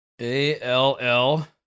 A-L-L